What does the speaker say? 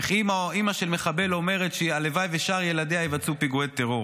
איך אימא של מחבל אומרת שהלוואי ששאר ילדיה יבצעו פיגועי טרור.